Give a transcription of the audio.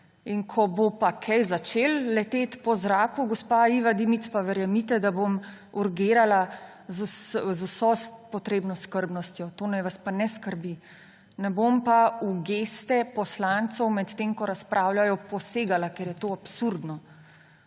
Ko bo pa kaj začelo leteti po zraku, gospa Iva Dimic, pa verjemite, da bom urgirala z vso potrebno skrbnostjo. To naj vas pa ne skrbi. Ne bom pa v geste poslancev, medtem ko razpravljajo, posegala, ker je to absurdno.